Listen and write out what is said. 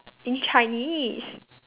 in chinese